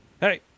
Hey